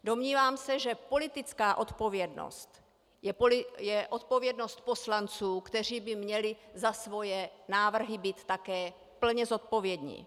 Domnívám se, že politická odpovědnost je odpovědnost poslanců, kteří by měli za svoje návrhy být také plně zodpovědní.